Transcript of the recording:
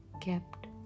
kept